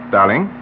Darling